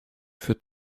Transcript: für